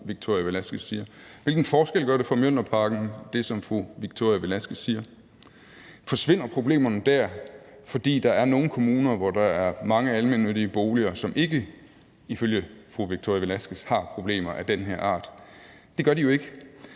hvilken forskel gør dét, som fru Victoria Velasquez siger, for Mjølnerparken? Forsvinder problemerne dér, fordi der er nogle kommuner, hvor der er mange almennyttige boliger, som ifølge fru Victoria Velasquez ikke har problemer af den her art? Det gør de jo ikke.